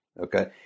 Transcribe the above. Okay